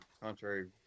contrary